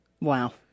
Wow